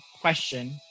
question